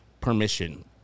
permission